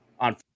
on